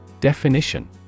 Definition